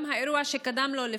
גם האירוע שקדם לו,